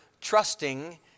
trusting